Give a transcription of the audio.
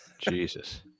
Jesus